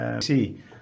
See